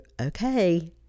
okay